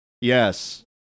Yes